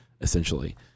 Essentially